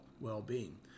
well-being